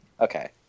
Okay